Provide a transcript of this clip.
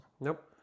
Nope